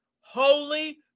Holy